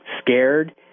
scared